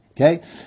Okay